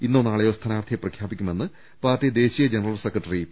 ഇന്നോ നാളെയോ സ്ഥാനാർത്ഥിയെ പ്രഖ്യാപി ക്കുമെന്ന് പാർട്ടി ദേശീയ ജനറൽ സെക്രട്ടറി പി